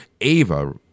Ava